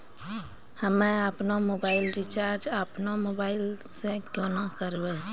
हम्मे आपनौ mobile recharge आपनौ मोबाइल से केना करवै?